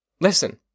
Listen